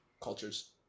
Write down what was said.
cultures